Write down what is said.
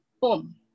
boom